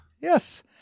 Yes